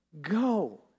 go